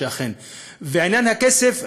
עניין הכסף,